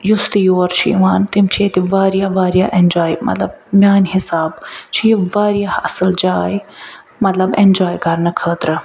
یُس تہٕ یور چھُ یِوان تِم چھِ ییٚتہِ واریاہ واریاہ ایٚنجواے مطلب میٛانہِ حسابہٕ چھِ یہِ واریاہ اصٕل جاے مطلب ایٚنجواے کرنہٕ خٲطرٕ